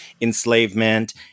enslavement